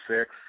six